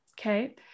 Okay